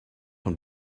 come